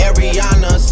Ariana